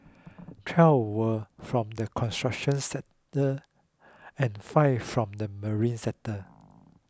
twelve were from the construction sector and five from the marine sector